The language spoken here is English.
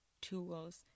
tools